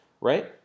right